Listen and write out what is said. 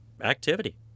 activity